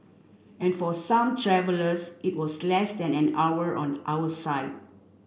and for some travellers it was less than an hour on our side